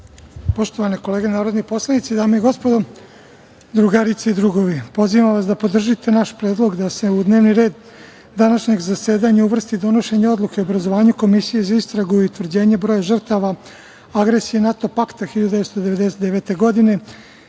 Poštovane kolege narodni poslanici, dame i gospodo, drugarice i drugovi, pozivam vas da podržite naš predlog da se u dnevni red današnjeg zasedanja uvrsti donošenje odluke o obrazovanju komisije za istragu i utvrđenje broja žrtava agresije NATO pakta 1999. godine,